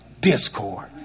discord